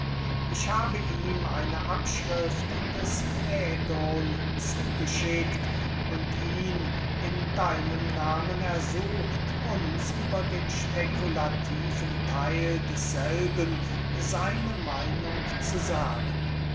ich habe ihm eine abschrift des fädon zugeschickt und ihn in deinem nahmen ersucht uns über den spekulativen theil desselben seine meinung zu sagen